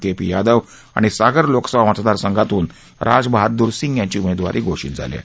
क्रुपी यादव आणि सागर लोकसभा मतदारसंघातून राज बहादुर सिंग यांची उमद्विरी घोषित झालीय